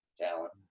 talent